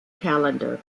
calendar